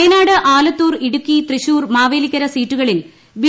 വയനാട് ആലത്തൂർ ഇടുക്കി തൃശ്ശൂർ മാവേലിക്കര സീറ്റുകളിൽ ബി